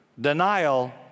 Denial